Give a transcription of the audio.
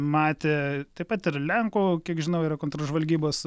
matė taip pat ir lenkų kiek žinau yra kontržvalgybos